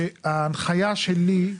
שההנחיה שלי,